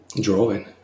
Drawing